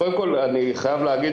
קודם כול אני חייב להגיד